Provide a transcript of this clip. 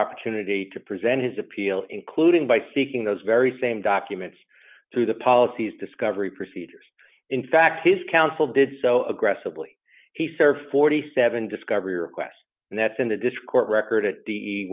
opportunity to present his appeal including by seeking those very same documents through the policies discovery procedures in fact his counsel did so aggressively he served forty seven dollars discovery requests and that's in the dischord record at the